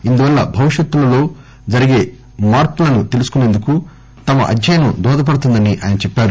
ఇందువల్ల భవిష్యత్తులో జరిగే మార్పులను తెలుసుకునేందుకు తమ అధ్యయనం దోహదపడుతుందని ఆయన చెప్పారు